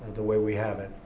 the way we have it.